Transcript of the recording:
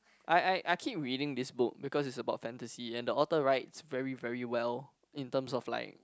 I I I keep reading this book because is about fantasy and the author rights very very well in terms of like